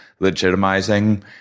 legitimizing